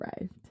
arrived